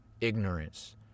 ignorance